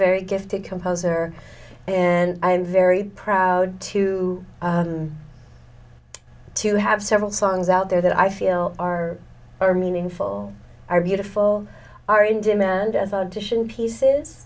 very gifted composer and i'm very proud to to have several songs out there that i feel are are meaningful are beautiful are in demand as audition pieces